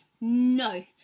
no